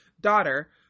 daughter